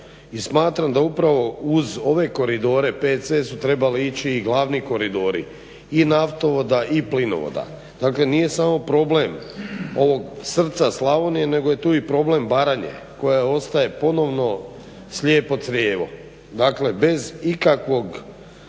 smatram da upravo uz ove koridore 5C su trebale ići i glavni koridori. I naftovoda i plinovoda. Dakle nije samo problem ovog srca Slavonije nego je tu i problem Baranje koja ostaje ponovno slijepo crijevo. Dakle, bez ikakvog